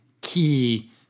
key